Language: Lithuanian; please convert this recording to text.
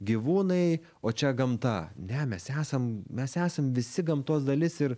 gyvūnai o čia gamta ne mes esam mes esam visi gamtos dalis ir